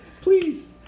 please